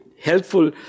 helpful